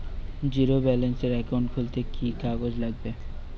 Zero ব্যালেন্সের account খুলতে কি কি কাগজ লাগবে?